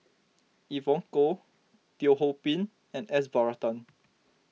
Evon Kow Teo Ho Pin and S Varathan